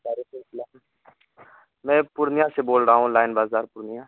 تاریخِ اسلام میں پورنیہ سے بول رہا ہوں لائن بازار پورنیہ